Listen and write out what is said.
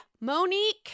Monique